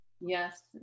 Yes